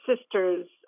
sister's